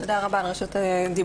תודה רבה על רשות הדיבור,